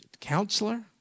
Counselor